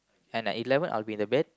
and at eleven I'll be the bed